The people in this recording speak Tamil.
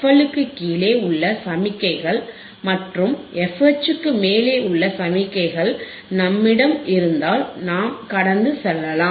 எல் க்கு கீழே உள்ள சமிக்ஞைகள் மற்றும் f H க்கு மேலே உள்ள சமிக்ஞைகள் நம்மிடம் இருந்தால் நாம் கடந்து செல்லலாம்